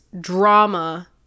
drama